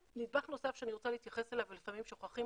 נדבך נוסף שאני רוצה להתייחס אליו ולפעמים שוכחים